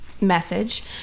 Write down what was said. message